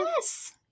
Yes